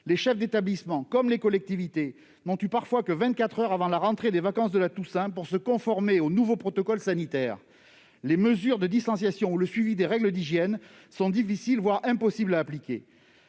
Les chefs d'établissements comme les collectivités n'ont eu parfois que vingt-quatre heures avant la rentrée des vacances de la Toussaint pour se conformer aux nouveaux protocoles sanitaires. Les mesures de distanciation ou le suivi des règles d'hygiène sont difficiles, voire impossibles à appliquer.